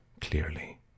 clearly